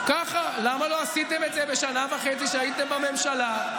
למה לא עשיתם את זה בשנה וחצי שהייתם בממשלה?